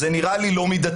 זה נראה לי לא מידתי.